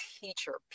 teacher